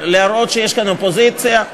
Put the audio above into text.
להראות שיש כאן אופוזיציה?